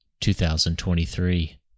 2023